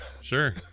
Sure